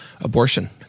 abortion